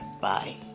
Bye